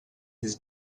his